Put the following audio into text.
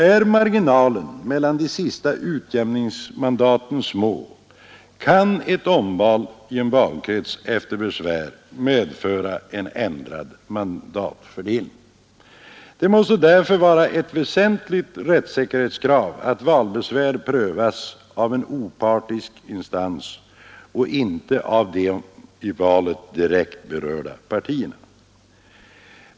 Är marginalerna mellan de sista utjämningsmandaten små, kan ett omval i en valkrets efter besvär medföra en ändrad mandatfördelning. Det måste därför vara ett väsentligt rättssäkerhetskrav att valbesvär prövas av en opartisk instans och inte av de i valet direkt berörda partierna.